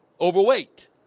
overweight